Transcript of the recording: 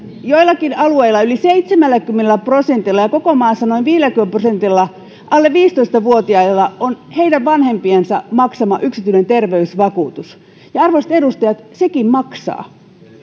joillakin alueilla yli seitsemälläkymmenellä prosentilla ja koko maassa noin viidelläkymmenellä prosentilla alle viisitoista vuotiaista on heidän vanhempiensa maksama yksityinen terveysvakuutus ja arvoisat edustajat sekin maksaa